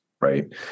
Right